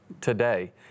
today